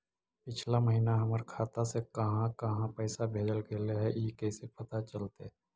पिछला महिना हमर खाता से काहां काहां पैसा भेजल गेले हे इ कैसे पता चलतै?